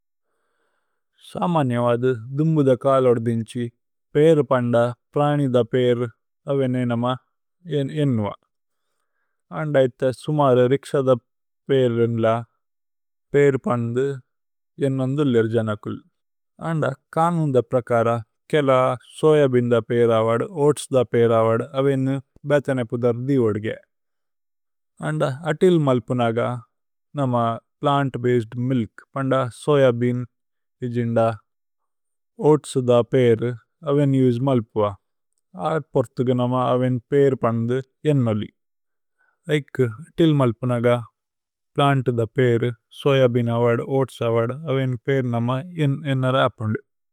സാമനിയവദു ദുമ്ബുദു കാലോദ്ദിന്ഛി പീരുപന്ദ। പ്രാനിദ പീരു അവേന്നേ നമ ഏന്നുവ। അന്ദ ഇഥേ സുമരു രിക്ശദ പീര്രേല്ല। പീരുപന്ദു ഏന്നന്ദു ലിര്ജനകുല്। അന്ദ കനുന്ദ। പ്രകാര കേല സോയബേഅന്ദ പീരവദു ഓഅത്സ്ദ പീരവദു। അവേന്നു ബേതനപുദര് ദിയോദിഗേ അന്ദ അതില് മല്പുനഗ। നമ പ്ലന്ത് ബസേദ് മില്ക് പന്ദ സോയബേഅന് ഇസിന്ദ ഓഅത്സ്ദ। പീരു അവേന് ഉസേ മല്പുഅ അര് പോര്ഥുകു നമ അവേന്। പീരുപന്ദു ഏന്നോലി ഇകേ അതില് മല്പുനഗ പ്ലന്ത്ദ പീരു। സോയബേഅനവദു ഓഅത്സവദു അവേന് പീരു നമ ഏന്നര അപന്ദു।